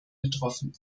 betroffen